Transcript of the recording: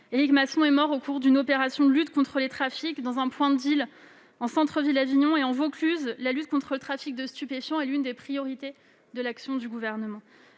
Éric Masson est mort au cours d'une opération de lutte contre les trafics dans un point de en centre-ville d'Avignon. Dans le Vaucluse, tout particulièrement, la lutte contre le trafic de stupéfiants est l'une des priorités de l'action du Gouvernement.